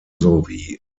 sowie